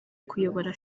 kuyobora